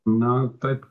na taip